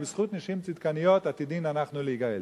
ובזכות נשים צדקניות עתידין אנחנו להיגאל.